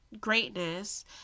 greatness